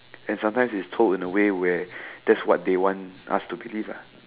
and sometimes it's told in a way where that's what they want us to believe ah